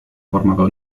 formado